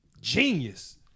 genius